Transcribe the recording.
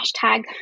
hashtag